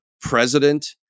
president